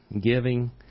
giving